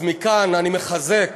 אז מכאן אני מחזק